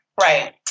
Right